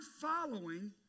following